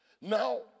Now